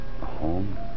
home